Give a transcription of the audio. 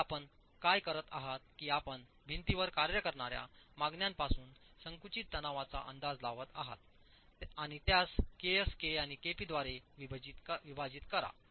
येथे आपण काय करत आहात की आपण भिंतीवर कार्य करणार्या मागण्यांमधून संकुचित तणावाचा अंदाज लावत आहात आणि त्यासkskaआणिkp द्वारेविभाजित करा